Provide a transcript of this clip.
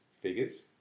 figures